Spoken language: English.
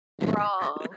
wrong